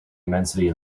immensity